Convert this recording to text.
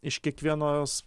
iš kiekvienos